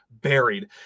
buried